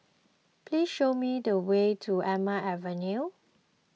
please show me the way to Elm Avenue